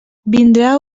vindrà